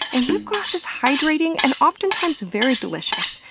and lip gloss is hydrating and oftentimes very delicious.